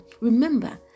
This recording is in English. remember